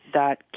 dot